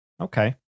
Okay